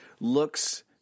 looks